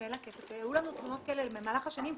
ואין לה כסף והיו לנו תלונות כאלה במהלך השנים,